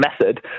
Method